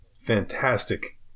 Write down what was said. fantastic